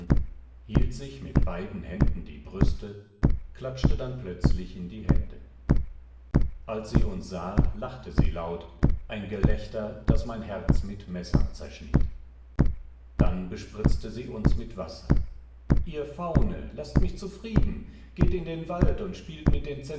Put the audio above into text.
hielt sich mit beiden händen die brüste klatschte dann plötzlich in die hände als sie uns sah lachte sie laut ein gelächter das mein herz mit messern zerschnitt dann bespritzte sie uns mit wasser ihr faune laßt mich zufrieden geht in den wald und spielt mit den